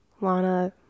lana